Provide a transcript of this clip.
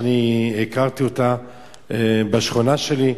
שהכרתי אותה בשכונה שלי,